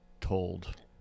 told